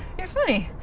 you're funny.